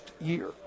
year